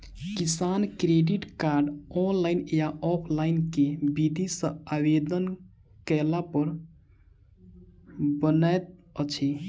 किसान credit card, online या offline केँ विधि सँ आवेदन कैला पर बनैत अछि?